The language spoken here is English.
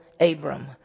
Abram